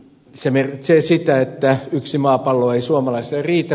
se merkitsee sitä että yksi maapallo ei suomalaisille riitä